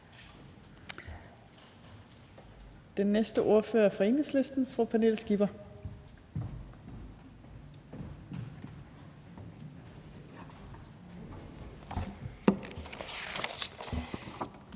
Den næste ordfører er fra Enhedslisten, og det er fru Pernille Skipper.